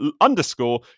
underscore